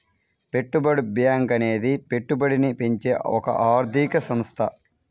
పెట్టుబడి బ్యాంకు అనేది పెట్టుబడిని పెంచే ఒక ఆర్థిక సంస్థ